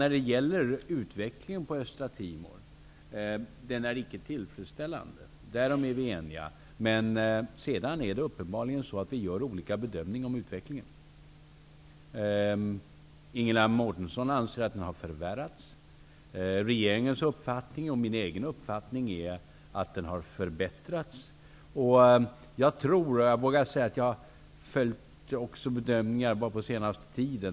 När det gäller utvecklingen på Östtimor är vi eniga om att den inte är tillfredställande. Sedan är det uppenbarligen så att vi gör olika bedömningar av utvecklingen. Ingela Mårtensson anser att den har förvärrats. Regeringens och min egen uppfattning är att den har förbättrats. Jag har följt bedömningar från väldigt många länder på den senaste tiden.